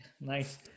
Nice